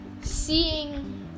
seeing